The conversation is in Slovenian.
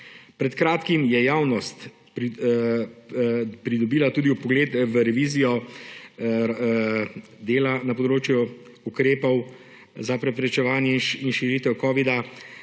Pred kratkim je javnost pridobila tudi vpogled v revizijo dela na področju ukrepov za preprečevanje in širitev covida